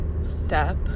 step